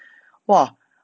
!wah!